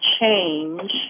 change